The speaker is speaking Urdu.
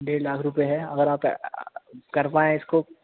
دیڑھ لاکھ روپئے ہے اگر آپ کر پائیں اس کو